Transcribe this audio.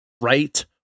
right